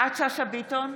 שטייניץ,